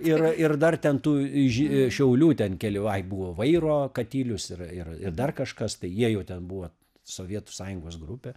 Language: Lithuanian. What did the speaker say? ir ir dar ten tų ži šiaulių ten keli ai buvo vairo katilius ir ir ir dar kažkas tai jie jau ten buvo sovietų sąjungos grupė